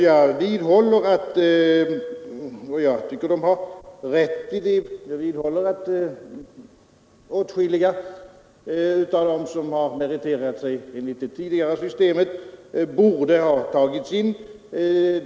Jag vidhåller uppfattningen att åtskilliga av dem som har meriterat sig enligt det tidigare systemet borde ha tagits in.